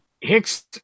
Hicks